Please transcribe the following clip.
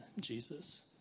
Jesus